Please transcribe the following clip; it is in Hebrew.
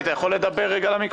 גם ככל שנמצאים במצב הנוכחי או ככל